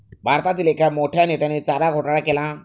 भारतातील एक मोठ्या नेत्याने चारा घोटाळा केला